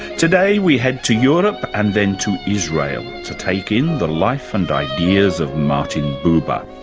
today we head to europe and then to israel to take in the life and ideas of martin buber.